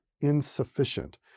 insufficient